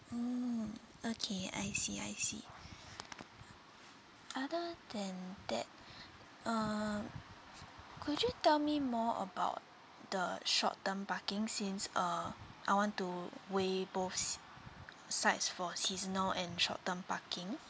mm okay I see I see other than that um could you tell me more about the short term parking since uh I want to weigh both s~ sides for seasonal and short term parking